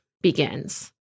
begins